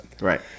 Right